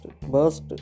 burst